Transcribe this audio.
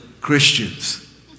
Christians